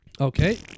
Okay